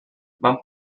van